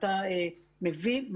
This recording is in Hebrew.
אתה מבין,